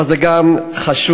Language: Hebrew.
אבל זה גם חשוב.